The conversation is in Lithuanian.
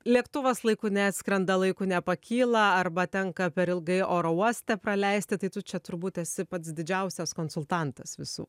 lėktuvas laiku neatskrenda laiku nepakyla arba tenka per ilgai oro uoste praleisti tai tu čia turbūt esi pats didžiausias konsultantas visų